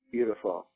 Beautiful